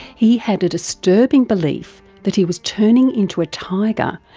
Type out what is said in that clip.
he had a disturbing belief that he was turning into a tiger,